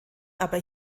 aber